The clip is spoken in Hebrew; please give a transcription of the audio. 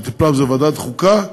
ועדת החוקה,